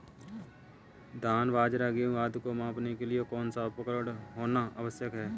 धान बाजरा गेहूँ आदि को मापने के लिए कौन सा उपकरण होना आवश्यक है?